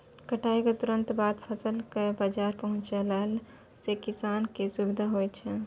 कटाई क तुरंत बाद फसल कॅ बाजार पहुंचैला सें किसान कॅ सुविधा होय छै